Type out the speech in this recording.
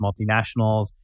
multinationals